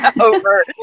over